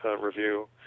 Review